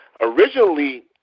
Originally